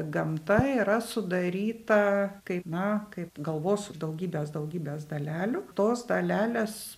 gamta yra sudaryta kaip na kaip galvos ir daugybės daugybės dalelių tos dalelės